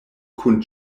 kun